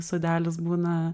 sodelis būna